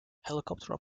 helicopter